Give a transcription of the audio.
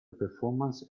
performance